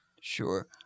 Sure